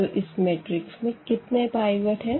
तो इस मैट्रिक्स में कितने पाइवट है